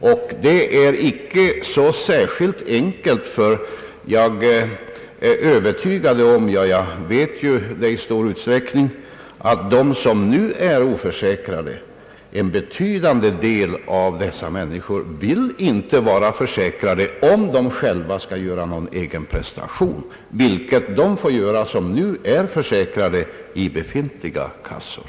Jag vet att de som nu är oförsäkrade i stor utsträckning inte vill vara försäkrade, om de skall göra någon egen prestation, vilket de får göra som nu är försäkrade i befintliga kassor.